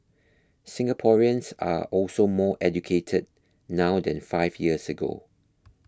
Singaporeans are also more educated now than five years ago